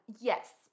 Yes